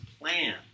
plan